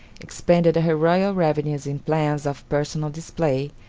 expended her royal revenues in plans of personal display,